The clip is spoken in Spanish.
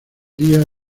día